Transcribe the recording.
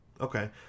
okay